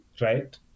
right